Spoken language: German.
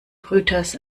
brüters